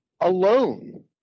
alone